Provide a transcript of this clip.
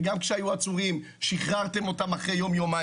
וגם כשהיו עצורים שחררתם אותם אחרי יום-יומיים.